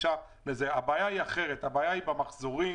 הבעיה היא אחרת, הבעיה היא במחזורים,